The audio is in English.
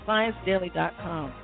ScienceDaily.com